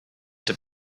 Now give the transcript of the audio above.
have